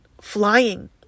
flying